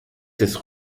des